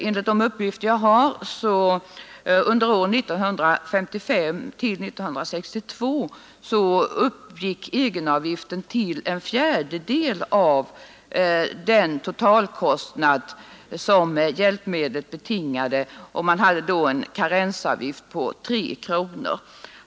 Enligt de uppgifter jag fått uppgick egenavgiften under åren 1955-1962 till en fjärdedel av den totalkostnad som hjälpmedlet betingade. Man hade då en karensavgift på 3 kronor.